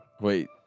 Wait